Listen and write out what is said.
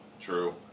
True